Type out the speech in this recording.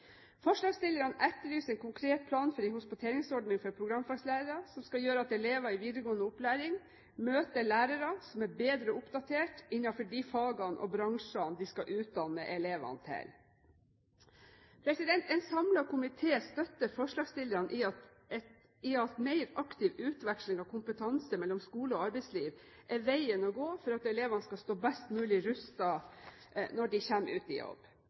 Forslagsstillerne etterlyser en konkret plan for en hospiteringsordning for programfaglærere som skal gjøre at elever i videregående opplæring møter lærere som er bedre oppdatert innenfor de fagene og bransjene de skal utdanne elevene til. En samlet komité støtter forslagsstillerne i at mer aktiv utveksling av kompetanse mellom skole og arbeidsliv er veien å gå for at elevene skal stå best mulig rustet når de kommer ut i jobb.